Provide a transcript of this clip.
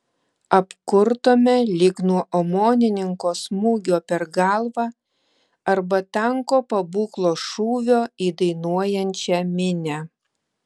apkurtome lyg nuo omonininko smūgio per galvą arba tanko pabūklo šūvio į dainuojančią minią